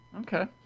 Okay